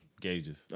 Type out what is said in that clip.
Gauges